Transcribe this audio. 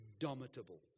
indomitable